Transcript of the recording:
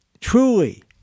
truly